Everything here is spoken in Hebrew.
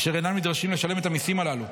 אשר אינם נדרשים לשלם את המיסים הללו.